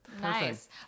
Nice